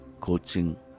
coaching